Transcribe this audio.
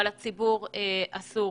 אבל לציבור אסור.